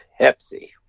Pepsi